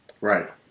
Right